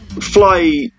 fly